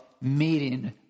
meeting